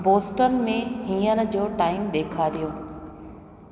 Boston में हींअर जो टाइम ॾेखारियो